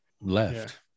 left